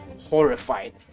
horrified